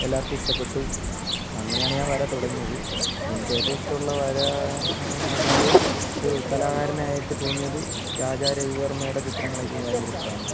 എല്ലാർക്കും ഇഷ്ട്ടപ്പെട്ടു അങ്ങനെയാണ് ഞാൻ വര തുടങ്ങിയത് എനിക്കേറ്റവും ഇഷ്ട്ടുള്ള വര എന്ന് പറഞ്ഞാല് ഒരു കലാകാരനായിട്ട് തോന്നിയത് രാജരവിവർമ്മയുടെ ചിത്രങ്ങളൊക്കെ എനിക്ക് ഭയങ്കര ഇഷ്ട്ടാണ്